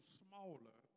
smaller